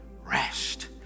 rest